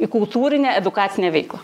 į kultūrinę edukacinę veiklą